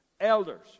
Elders